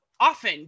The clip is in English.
often